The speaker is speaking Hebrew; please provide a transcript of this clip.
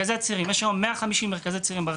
ציין, יש הרבה מאוד צעירים שלא עובדים.